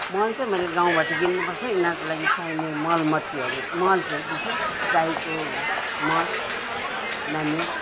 मल चाहिँ मैले गाउँबाट किन्नु पर्छ यिनीहरूको लागि चाहिने मल मट्टीहरू मल चाहिँ विशेष गाईको मल मेन्युर